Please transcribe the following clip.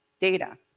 data